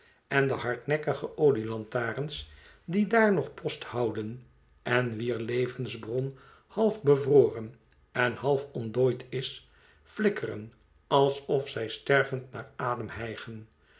en de hardnekkige olielantaarns die daar nog post houden en wier levensbron half bevroren en half ontdooid is flikkeren alsof zij stervend naar adem hijgden